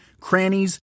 crannies